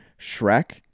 Shrek